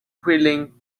grilling